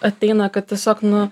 ateina kad tiesiog nu